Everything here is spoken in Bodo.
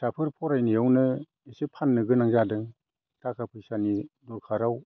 फिसाफोर फरायनायावनो एसे फाननो गोनां जादों थाखा फैसानि दरखाराव